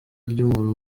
ry’umuntu